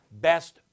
Best